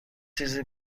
چیزی